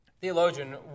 theologian